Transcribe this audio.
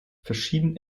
verschieden